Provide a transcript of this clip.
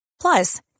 Plus